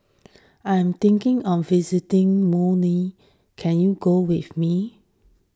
I am thinking of visiting can you go with me